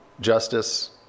justice